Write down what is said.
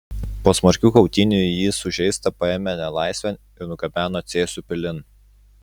po smarkių kautynių jį sužeistą paėmė nelaisvėn ir nugabeno cėsių pilin